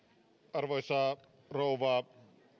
arvoisa rouva